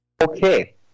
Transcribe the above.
Okay